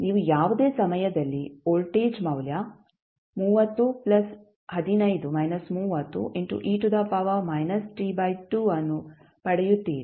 ನೀವು ಯಾವುದೇ ಸಮಯದಲ್ಲಿ ವೋಲ್ಟೇಜ್ ಮೌಲ್ಯ ಅನ್ನು ಪಡೆಯುತ್ತೀರಿ